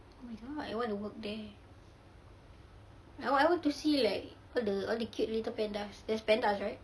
oh my god I want to work there I want I want to see like all the cute little pandas there's pandas right